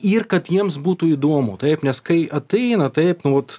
ir kad jiems būtų įdomu taip nes kai ateina taip nu vat